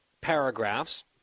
paragraphs